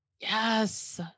Yes